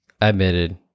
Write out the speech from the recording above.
admitted